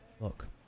Look